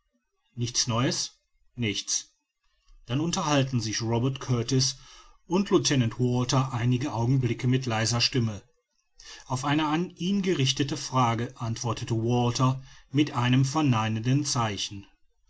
nichts neues nichts dann unterhalten sich robert kurtis und lieutenant walter einige augenblicke mit leiser stimme auf eine an ihn gerichtete frage antwortet walter mit einem verneinenden zeichen